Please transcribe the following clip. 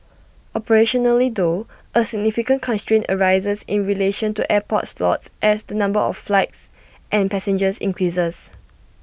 operationally though A significant constraint arises in relation to airport slots as the number of flights and passengers increases